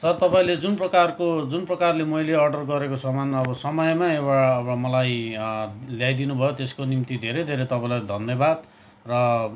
sir तपाईँले जुन प्रकारको जुन प्रकारले मैले अर्डर गरेको सामान अब समयमा अब अब मलाई ल्याइदिनु भयो त्यसको निम्ति धेरै धेरै तपाईँलाई धन्यवाद र